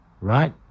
right